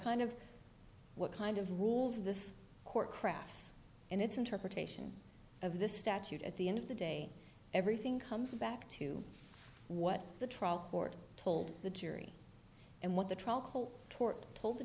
kind of what kind of rules this court craft and its interpretation of the statute at the end of the day everything comes back to what the trial court told the jury and what the trial court